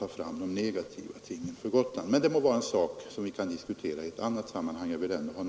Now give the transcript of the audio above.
Jag har nu bara velat nämna det, eftersom jag tycker att det är märkligt att herr Hamrin så ensidigt vill ta fram de negativa tingen för Gotland.